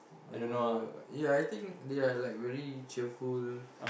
yeah yeah I think they are like very cheerful